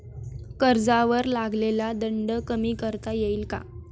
कर्जावर लागलेला दंड कमी करता येईल का?